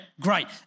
great